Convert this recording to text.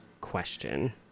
question